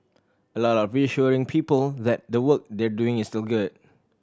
a lot of reassuring people that the work they're doing is still good